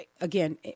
again